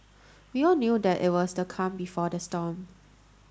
we all knew that it was the calm before the storm